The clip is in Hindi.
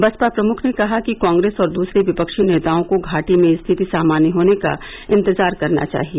बसपा प्रमुख ने कहा कि कांग्रेस और दूसरे विपक्षी नेताओं को घाटी में स्थिति सामान्य होने का इंतजार करना चाहिए